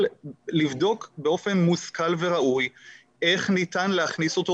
לבדוק באופן מושכל וראוי איך ניתן להכניס אותו,